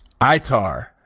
Itar